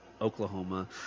Oklahoma